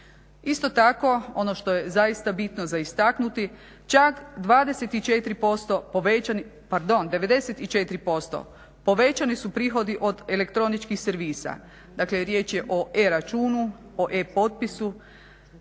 Isto tako ono što je zaista bitno za istaknuti, čak 94% povećani su prihodi od elektroničkih servisa. Dakle riječ je o e-računu, o e-potpisu